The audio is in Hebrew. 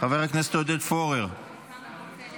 חבר הכנסת עודד פורר, מה?